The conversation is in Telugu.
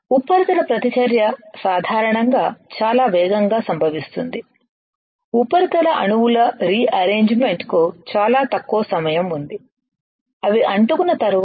ఉపరితల ప్రతిచర్య సాధారణంగా చాలా వేగంగా సంభవిస్తుంది ఉపరితల అణువుల రీ అరేంజ్ మెన్ట్ కు చాలా తక్కువ సమయం ఉంది అవి అంటుకున్న తరువాత